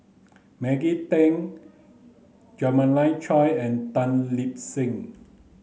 Maggie Teng Jeremiah Choy and Tan Lip Seng